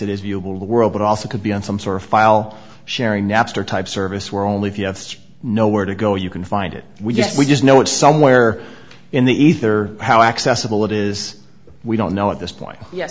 viewable the world but also could be on some sort of file sharing napster type service where only if you have nowhere to go you can find it we just we just know it's somewhere in the ether how accessible it is we don't know at this point ye